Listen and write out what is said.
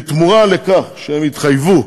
בתמורה לכך שהם יתחייבו